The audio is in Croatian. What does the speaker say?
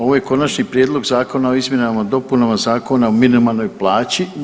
Ovo je Konačni prijedlog zakona o izmjenama i dopunama Zakona o minimalnoj plaći.